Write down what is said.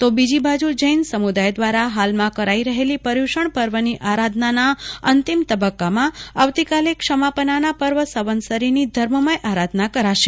તો બીજી બાજુ જૈન સમુ દાય દ્વારા હાલમાં કરાઇ રહેલી પર્યુષણપર્વની આરાધનાના અંતિમ તબક્કામાં આવતીકાલે ક્ષમાપનાના પર્વ સંવત્સરીની ધર્મમય આરાધના કરાશે